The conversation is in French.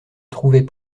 trouvaient